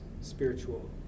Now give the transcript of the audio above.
spiritual